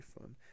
fun